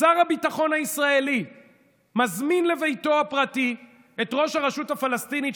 שר הביטחון הישראלי מזמין לביתו הפרטי את ראש הרשות הפלסטינית,